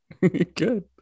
Good